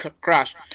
crash